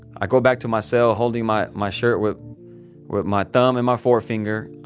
i go back to my cell holding my my shirt with with my thumb and my forefinger.